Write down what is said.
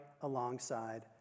alongside